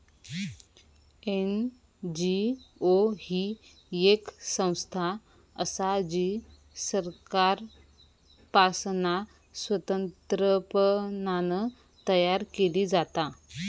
NGO ही येक संस्था असा जी सरकारपासना स्वतंत्रपणान तयार केली जाता